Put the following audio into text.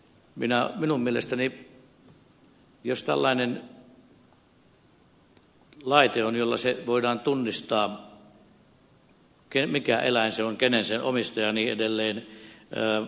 minun mielestäni jos tällainen laite on jolla voidaan tunnistaa mikä eläin se on kuka on sen omistaja ja niin edelleen